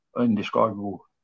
indescribable